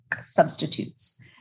substitutes